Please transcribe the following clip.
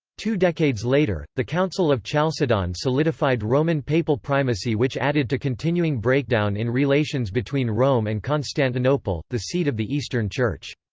two decades later, the council of chalcedon solidified roman papal primacy which added to continuing breakdown in relations between rome and constantinople, the seat of the eastern church.